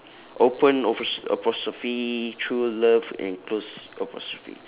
open apos~ apostrophe true love and close apostrophe